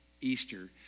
Easter